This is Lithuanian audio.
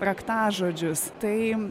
raktažodžius tai